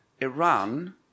Iran